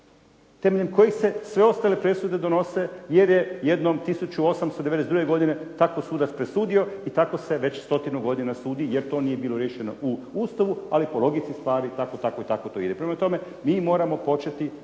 temeljem kojih se sve ostale presude donose jer je jednom 1892. godine tako sudac presudio i tako se već stotinu godina sudi jer to nije bilo riješeno u Ustavu ali po logici stvari tako, tako i tako to ide. Prema tome, mi moramo početi